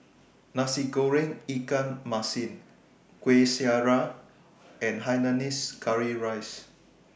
Nasi Goreng Ikan Masin Kueh Syara and Hainanese Curry Rice